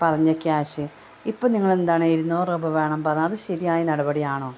പറഞ്ഞ ക്യാഷ് ഇപ്പോൾ നിങ്ങൾ എന്താണ് ഇരുന്നൂറ് രൂപ വേണം അത് ശരിയായ നടപടിയാണോ